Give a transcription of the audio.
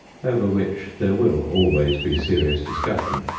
over which there will always be serious discussion,